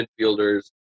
midfielders